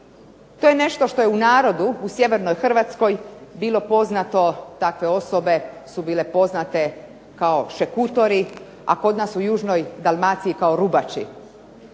To je nešto što je u narodu u sjevernoj Hrvatskoj bilo poznato. Takve osobe su bile poznate kao šekutori, a kod nas u južnoj Dalmaciji kao rubači.